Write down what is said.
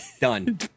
Done